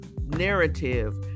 narrative